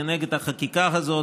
כנגד החקיקה הזאת,